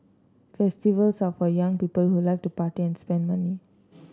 festivals are for young people who like to party and spend money